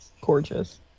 gorgeous